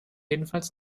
jedenfalls